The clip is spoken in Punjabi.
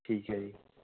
ਠੀਕ ਐ ਜੀ